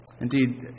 Indeed